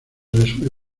resume